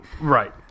Right